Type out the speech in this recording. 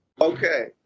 Okay